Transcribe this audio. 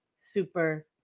super